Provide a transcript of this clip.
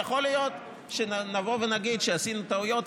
יכול להיות שנבוא ונגיד שעשינו טעויות,